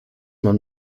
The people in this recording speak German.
man